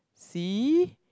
see